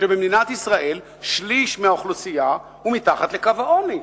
שבמדינת ישראל שליש מהאוכלוסייה הוא מתחת לקו העוני.